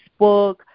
Facebook